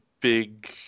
big